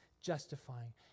justifying